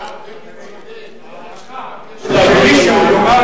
תרשה לי לחלוק